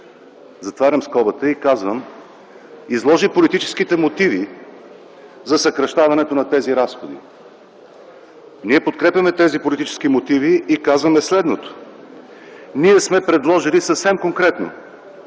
затварям скобата и продължавам), изложи политическите мотиви и съкращаването на тези разходи. Ние подкрепяме тези политически мотиви и казваме следното. Ние сме предложили съвсем конкретно: